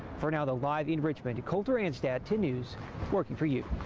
for now though live in richmond colter anstaett ten news working for you.